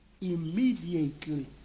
Immediately